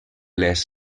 les